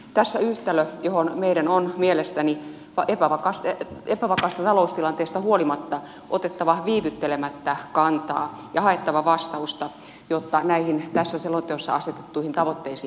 tässä on yhtälö johon meidän on mielestäni epävakaasta taloustilanteesta huolimatta otettava viivyttelemättä kantaa ja haettava vastausta jotta näihin tässä selonteossa asetettuihin tavoitteisiin päästäisiin